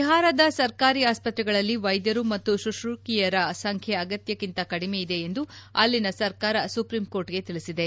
ಬಿಹಾರದ ಸರ್ಕಾರಿ ಆಸ್ಪತ್ರೆಗಳಲ್ಲಿ ವೈದ್ಯರು ಮತ್ತು ಶುಶೂಷಕಿಯರ ಸಂಬ್ಯೆ ಅಗತ್ಯಕ್ಕಿಂತ ಕಡಿಮೆ ಇದೆ ಎಂದು ಅಲ್ಲಿನ ಸರ್ಕಾರ ಸುಪ್ರೀಂ ಕೋರ್ಟ್ಗೆ ತಿಳಿಸಿದೆ